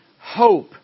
hope